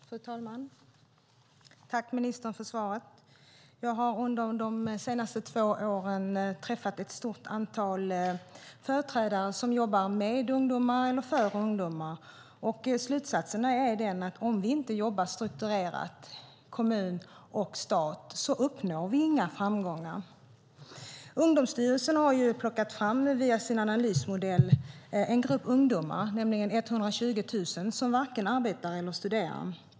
Fru talman! Jag tackar ministern för svaret. Jag har under de senaste två åren träffat ett stort antal personer som jobbar med ungdomar eller för ungdomar. Slutsatsen är att om kommun och stat inte jobbar strukturerat uppnår vi inga framgångar. Ungdomsstyrelsen har via sin analysmodell plockat fram en grupp ungdomar på 120 000 personer som varken arbetar eller studerar.